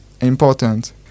important